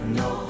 no